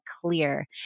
clear